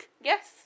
Yes